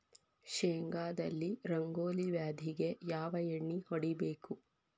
ಶೇಂಗಾದಲ್ಲಿ ರಂಗೋಲಿ ವ್ಯಾಧಿಗೆ ಯಾವ ಎಣ್ಣಿ ಹೊಡಿಬೇಕು?